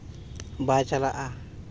ᱵᱟᱭ ᱪᱟᱞᱟᱜᱼᱟ